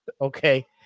Okay